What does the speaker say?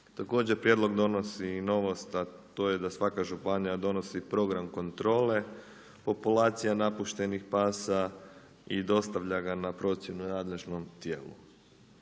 Također prijedlog donosi i novost a to je da svaka županija donosi program kontrole, populacija napuštenih pasa i dostavlja ga na procjenu nadležnom tijelu.